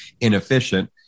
inefficient